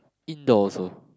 indoor also